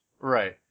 Right